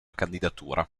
candidatura